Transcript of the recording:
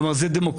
כלומר זה דמוקרטי.